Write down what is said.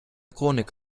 chronik